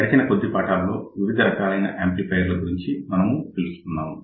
గడిచిన కొద్ది పాఠాలలో వివిధ రకాలైన యాంప్లిఫయర్స్ గురించి మనం చూశాము